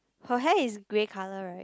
her hair is grey color right